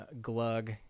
Glug